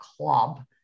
club